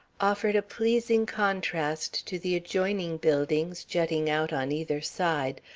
offered a pleasing contrast to the adjoining buildings jutting out on either side,